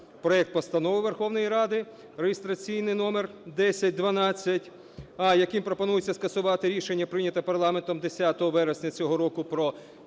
проект Постанови Верховної Ради реєстраційний номер 1012, яким пропонується скасувати рішення, прийняте парламентом 10 вересня цього року, про